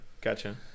Gotcha